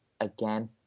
again